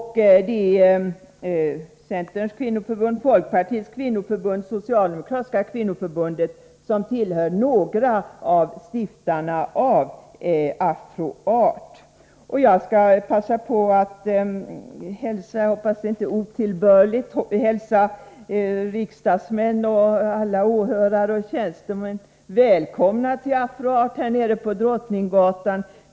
Centerns kvinnoförbund, Folkpartiets kvinnoförbund och Sveriges Socialdemokratiska kvinnoförbund tillhör stiftarna av Afro-Art. Jag hoppas att det inte anses otillbörligt att jag passar på att hälsa riksdagsmän, åhörare och tjänstemän välkomna till Afro-Art nere på Drottninggatan.